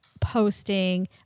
posting